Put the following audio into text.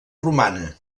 romana